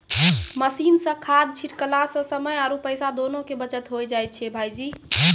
machine सॅ खाद छिड़कला सॅ समय आरो पैसा दोनों के बचत होय जाय छै भायजी